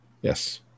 yes